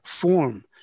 form